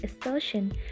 assertion